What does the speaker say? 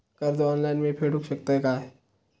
कर्ज ऑनलाइन मी फेडूक शकतय काय?